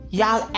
y'all